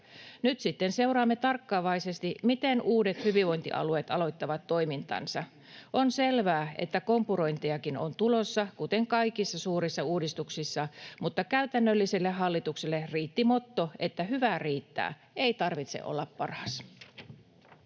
Nyt sitten seuraamme tarkkaavaisesti, miten uudet hyvinvointialueet aloittavat toimintansa. On selvää, että kompurointejakin on tulossa, kuten kaikissa suurissa uudistuksissa, mutta käytännölliselle hallitukselle riitti motto, että hyvä riittää, ei tarvitse olla paras.